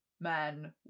men